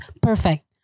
perfect